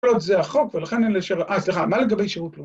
זה החוק ולכן אין לשירות, אה סליחה, מה לגבי שירות לאומית?